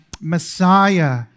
messiah